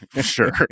sure